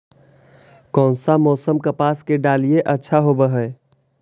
कोन सा मोसम कपास के डालीय अच्छा होबहय?